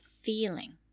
feeling